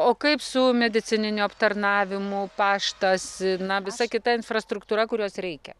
o kaip su medicininiu aptarnavimu paštas na visa kita infrastruktūra kurios reikia